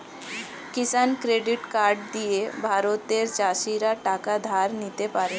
কিষান credit card দিয়ে ভারতের চাষীরা টাকা ধার নিতে পারে